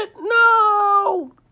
No